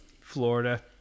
Florida